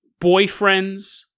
Boyfriends